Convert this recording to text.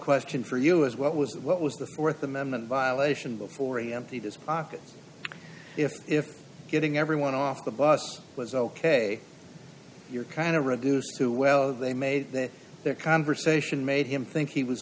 question for you is what was what was the th amendment violation before he emptied his pockets if if getting everyone off the bus was ok you're kind of reduced to well they made their conversation made him think he was